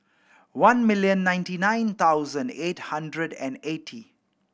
one million ninety nine thousand eight hundred and eighty